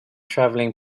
traveling